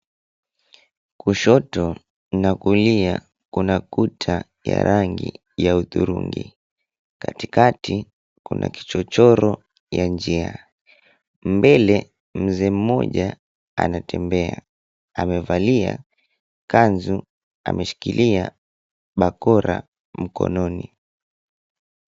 Kushoto na kulia kuna kuta ya rangi ya hudhurungi. Katikati kuna kichochoro ya njia. Mbele mzee mmoja anatembea, amevalia kanzu, ameshikilia bakora mkononi.